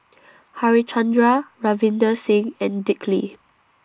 Harichandra Ravinder Singh and Dick Lee